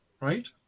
right